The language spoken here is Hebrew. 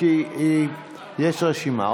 כי יש רשימה.